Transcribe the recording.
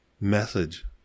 message